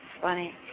funny